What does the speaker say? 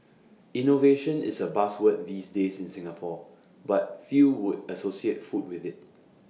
innovation is A buzzword these days in Singapore but few would associate food with IT